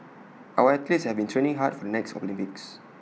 our athletes have been training hard for the next Olympics